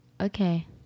Okay